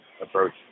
approach